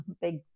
big